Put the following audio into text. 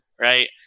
right